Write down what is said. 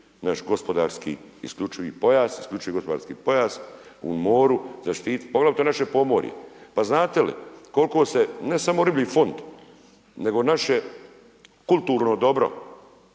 naš gospodarski isključivi pojas, isključivi gospodarski pojas u moru zaštititi, poglavito naše podmorje, pa znate li koliko se ne samo riblji fond, nego naše kulturno dobro